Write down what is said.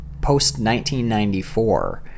post-1994